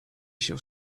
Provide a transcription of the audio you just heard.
shall